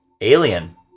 Alien